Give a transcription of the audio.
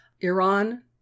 Iran